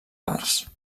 parts